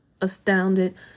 astounded